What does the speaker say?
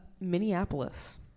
Minneapolis